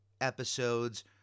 episodes